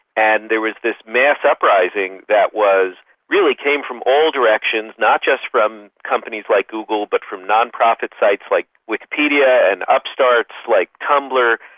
and there was this mass uprising that really came from all directions, not just from companies like google but from non-profit sites like wikipedia and upstart, like tumblr,